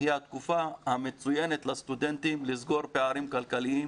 היא תקופה מצוינת של סטודנטים לסגור פערים כלכליים,